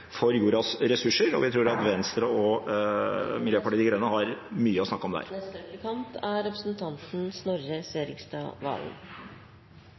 for jordas ressurser, og vi tror at Venstre og Miljøpartiet De Grønne har mye å snakke om der. Jeg er langt på vei enig i representanten